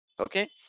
Okay